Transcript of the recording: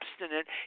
abstinent